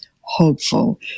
hopeful